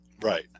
Right